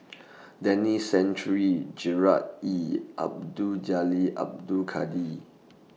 Denis Santry Gerard Ee Abdul Jalil Abdul Kadir